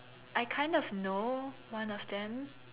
I kind of know one of them